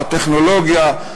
בטכנולוגיה,